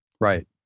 right